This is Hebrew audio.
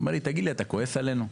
הוא אמר לי: תגיד לי, אתה כועס עלינו?